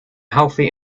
healthy